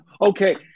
okay